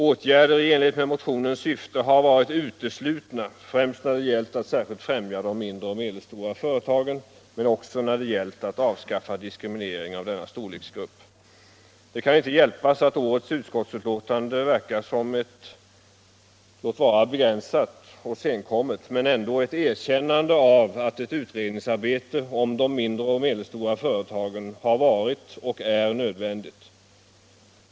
Åtgärder i enlighet med motionens syfte var då uteslutna, främst när det gällde att särskilt främja de mindre och medelstora företagen men också när det gällde att avskaffa diskriminering av denna storleksgrupp. Det kan inte hjälpas att årets utskottsbetänkande verkar som ett, låt vara begränsat och senkommet men ändå erkännande av att ett utredningsarbete om de mindre och medelstora företagen har varit och är nödvändigt.